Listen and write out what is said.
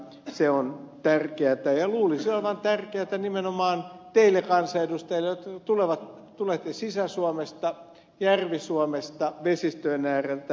se on tärkeätä ja sen luulisi olevan tärkeätä nimenomaan teille kansanedustajille jotka tulette sisä suomesta järvi suomesta vesistöjen ääreltä